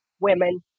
women